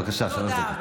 בבקשה, שלוש דקות.